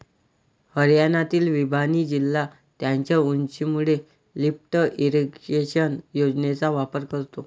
हरियाणातील भिवानी जिल्हा त्याच्या उंचीमुळे लिफ्ट इरिगेशन योजनेचा वापर करतो